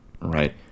Right